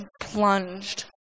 plunged